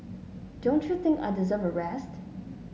don't you think I deserve a rest